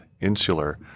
insular